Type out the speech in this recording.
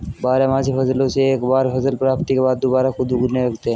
बारहमासी फसलों से एक बार फसल प्राप्ति के बाद दुबारा खुद उगने लगते हैं